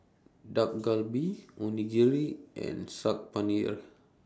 Dak Galbi Onigiri and Saag Paneer